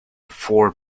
four